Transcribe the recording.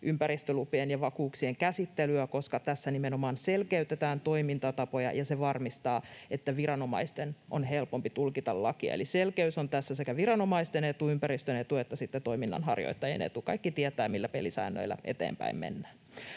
ympäristölupien ja vakuuksien käsittelyä, koska tässä nimenomaan selkeytetään toimintatapoja ja se varmistaa, että viranomaisten on helpompi tulkita lakia. Eli selkeys on tässä sekä viranomaisten etu, ympäristön etu että sitten toiminnanharjoittajien etu. Kaikki tietävät, millä pelisäännöillä eteenpäin mennään.